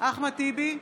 אחמד טיבי,